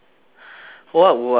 what would I make